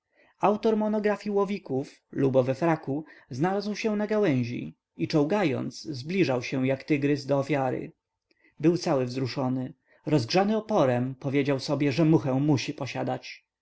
lubo we fraku znalazł się na gałęzi i czołgając zbliżał się jak tygrys do ofiary był cały wzruszony rozgrzany oporem powiedział sobie że muchę musi posiadać